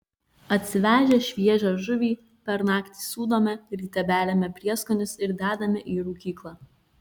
atsivežę šviežią žuvį per naktį sūdome ryte beriame prieskonius ir dedame į rūkyklą